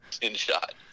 in-shot